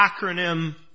acronym